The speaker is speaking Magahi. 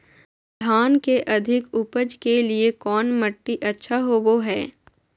धान के अधिक उपज के लिऐ कौन मट्टी अच्छा होबो है?